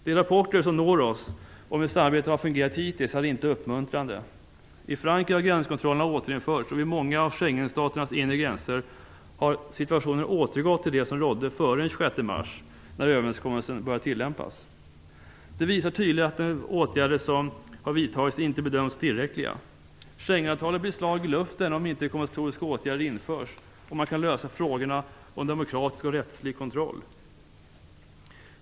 De rapporter som når oss om hur samarbetet har fungerat hittills är inte uppmuntrande. I Frankrike har gränskontrollerna återinförts, och vid många av Schengenstaternas inre gränser har situationen återgått till den som rådde före den 26 mars när överenskommelsen började tillämpas. Det visar tydligt att de åtgärder som har vidtagits inte bedöms tillräckliga. Schengenavtalet blir ett slag i luften om inte de kompensatoriska åtgärderna införs och om man inte kan lösa frågorna om en demokratisk och rättslig kontroll.